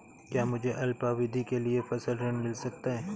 क्या मुझे अल्पावधि के लिए फसल ऋण मिल सकता है?